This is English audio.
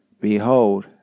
Behold